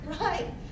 Right